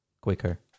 quicker